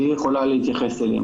היא יכולה להתייחס לזה.